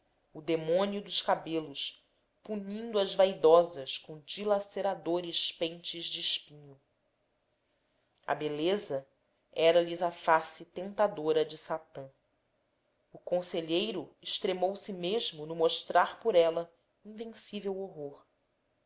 o demônio dos cabelos punindo as vaidosas com dilaceradores pentes de espinho a beleza era lhes a face tentadora de satã o conselheiro extremou se mesmo no mostrar por ela invencível horror